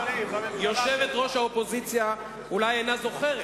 יושבת-ראש האופוזיציה אולי אינה זוכרת,